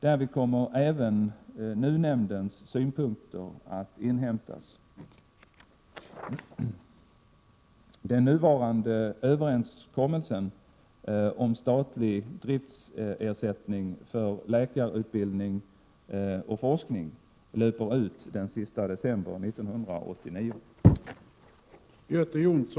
Därvid kommer även NUU-nämndens synpunkter att inhämtas.